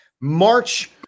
March